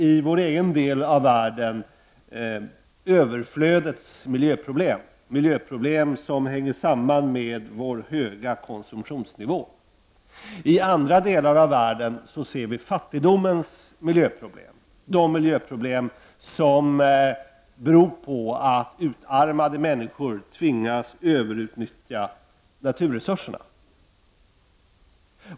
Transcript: I vår egen del av världen kan vi se överflödets miljöproblem, dvs. miljöproblem som hänger samman med vår höga konsumtionsnivå. I andra delar av världen ser vi fattigdomens miljöproblem, dvs. de miljöproblem som beror på att utarmade människor tvingas överutnyttja naturresurserna.